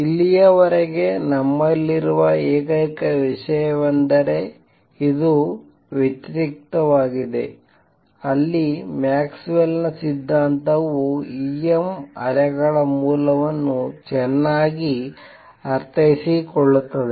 ಇಲ್ಲಿಯವರೆಗೆ ನಮ್ಮಲ್ಲಿರುವ ಏಕೈಕ ವಿಷಯವೆಂದರೆ ಇದು ವ್ಯತಿರಿಕ್ತವಾಗಿದೆ ಅಲ್ಲಿ ಮ್ಯಾಕ್ಸ್ ವೆಲ್Maxwellsನ ಸಿದ್ಧಾಂತವು E m ಅಲೆಗಳ ಮೂಲವನ್ನು ಚೆನ್ನಾಗಿ ಅರ್ಥೈಸಿಕೊಳ್ಳುತ್ತದೆ